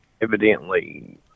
evidently